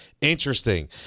Interesting